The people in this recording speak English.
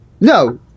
No